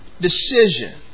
decision